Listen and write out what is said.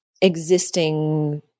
existing